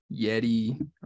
Yeti